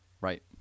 Right